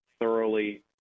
thoroughly